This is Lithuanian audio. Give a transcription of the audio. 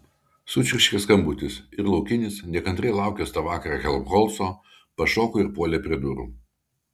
sučirškė skambutis ir laukinis nekantriai laukęs tą vakarą helmholco pašoko ir puolė prie durų